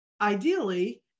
ideally